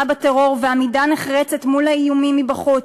בטרור ועמידה נחרצת מול האיומים מבחוץ,